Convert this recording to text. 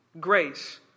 Grace